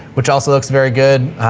which also looks very good.